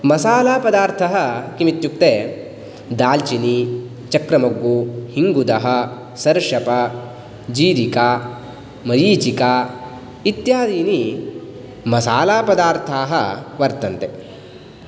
मसालापदार्थः किमित्युक्ते दाल्चिनि चक्रमोग्गु इङ्गुदः सर्षप जीरिका मरीचिका इत्यादीनि मसालापदर्थाः वर्तन्ते